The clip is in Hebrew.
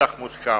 נוסח מוסכם.